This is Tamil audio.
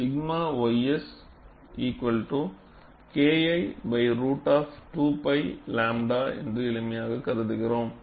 𝛔 ys Kl ரூட் அப் 2 π 𝝺 என்று எளிமையாக கூறுகிறோம்